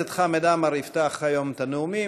חבר הכנסת חמד עמאר יפתח היום את הנאומים.